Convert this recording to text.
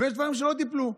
ויש דברים שלא טיפלו בהם.